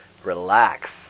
relax